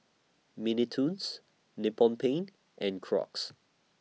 Mini Toons Nippon Paint and Crocs